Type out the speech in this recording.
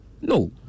No